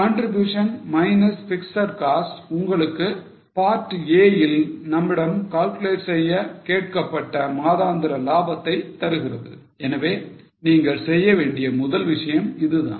Contribution minus fixed cost உங்களுக்கு part a இல் நம்மிடம் calculate செய்ய கேட்கப்பட்ட மாதாந்திர லாபத்தை தருகிறது எனவே நீங்கள் செய்ய வேண்டிய முதல் விஷயம் இதுதான்